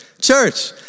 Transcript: Church